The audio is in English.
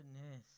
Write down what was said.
Goodness